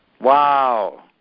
Wow